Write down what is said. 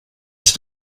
dich